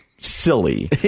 silly